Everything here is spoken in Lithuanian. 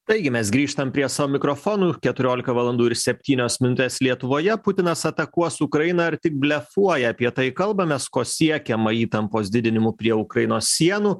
taigi mes grįžtam prie savo mikrofonų keturiolika valandų ir septynios minutės lietuvoje putinas atakuos ukrainą ar tik blefuoja apie tai kalbamės ko siekiama įtampos didinimu prie ukrainos sienų